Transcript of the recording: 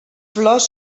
flors